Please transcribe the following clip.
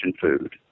food